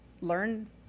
learn